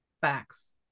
Facts